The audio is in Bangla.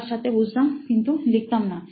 তার সাথে বুঝতাম কিন্তু লিখতাম না